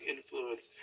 Influence